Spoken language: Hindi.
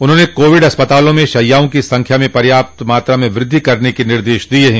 उन्होंने कोविड अस्पतालों में शैयाओं की संख्या में पर्याप्त मात्रा में वृद्धि करने के निर्देश दिये हैं